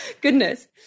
Goodness